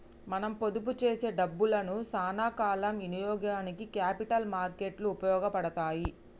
మనం పొదుపు చేసే డబ్బులను సానా కాల ఇనియోగానికి క్యాపిటల్ మార్కెట్ లు ఉపయోగపడతాయి